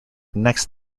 next